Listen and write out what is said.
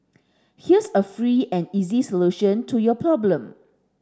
here's a free and easy solution to your problem